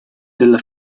della